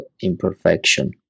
imperfection